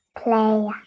play